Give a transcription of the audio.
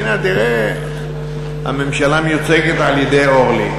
הנה, תראה, הממשלה מיוצגת על-ידי אורלי.